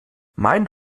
mein